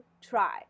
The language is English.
try